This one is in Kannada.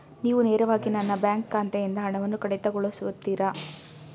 ನೀವು ನೇರವಾಗಿ ನನ್ನ ಬ್ಯಾಂಕ್ ಖಾತೆಯಿಂದ ಹಣವನ್ನು ಕಡಿತಗೊಳಿಸುತ್ತೀರಾ?